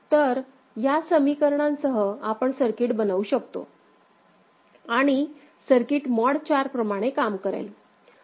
तर या समीकरणासह आपण सर्किट बनवू शकतो आणि सर्किट मॉड 4 प्रमाणे काम करेल